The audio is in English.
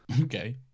Okay